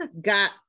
got